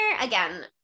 again